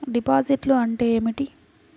డిపాజిట్లు అంటే ఏమిటి?